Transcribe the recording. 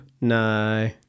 No